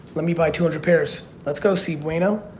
let me buy two hundred pairs. let's go si bueno.